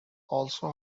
also